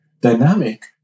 dynamic